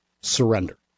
surrender